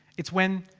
it's when.